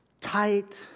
tight